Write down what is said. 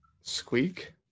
Squeak